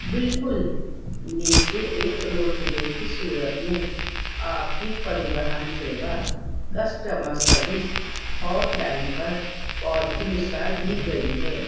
بالکل نیچے ایک رول پلے کی صورت میں آپ کی Parivahan Sewa customer service hotline پر کال کی مثال دی گئی ہے